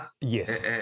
Yes